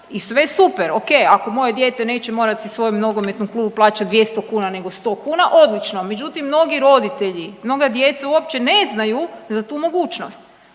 i sve super, okej. Ako moje dijete neće morati svojem nogometnom klubu plaćati 200 kuna, nego 100 kuna, odlično, međutim, mnogi roditelji, mnoga djeca uopće ne znaju za tu mogućnost.